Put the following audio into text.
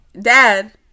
dad